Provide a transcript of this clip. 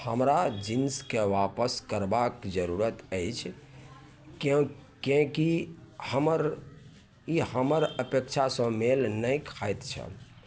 हमरा जीन्सके आपस करबाके जरूरत अछि किऔँ किएकि हमर ई हमर अपेक्षासे मेल नहि खाइत छल